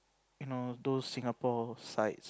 you know those Singapore sites